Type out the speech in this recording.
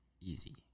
easy